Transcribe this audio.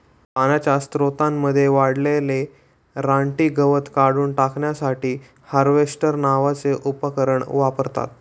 पाण्याच्या स्त्रोतांमध्ये वाढलेले रानटी गवत काढून टाकण्यासाठी हार्वेस्टर नावाचे उपकरण वापरतात